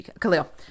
Khalil